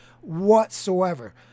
whatsoever